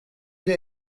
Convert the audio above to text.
der